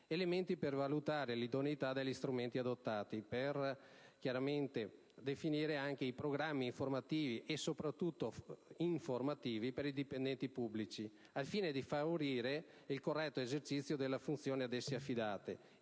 elementi per valutare l'idoneità degli strumenti adottati, per definire programmi informativi e formativi per i dipendenti pubblici al fine di favorire il corretto esercizio delle funzioni ad essi affidate